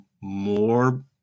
more